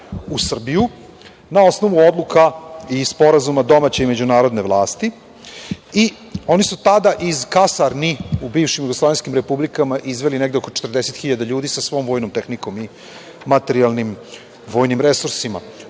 u Srbiju na osnovu odluka i sporazuma domaće i međunarodne vlasti. Oni su tada iz kasarni u bivšim jugoslovenskim republikama izneli negde oko 40.000 ljudi sa svom vojnom tehnikom i materijalnim vojnim resursima.